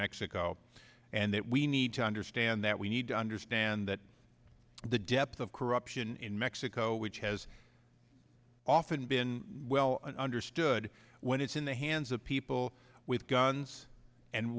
mexico and that we need to understand that we need to understand that the depth of corruption in mexico which has often been well understood when it's in the hands of people with guns and